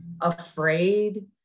afraid